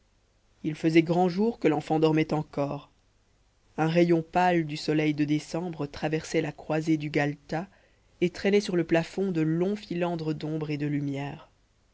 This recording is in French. il faisait grand jour que l'enfant dormait encore un rayon pâle du soleil de décembre traversait la croisée du galetas et traînait sur le plafond de longs filandres d'ombre et de lumière